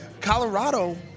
Colorado